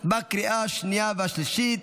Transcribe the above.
לקריאה השנייה והשלישית.